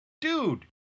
dude